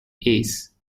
ace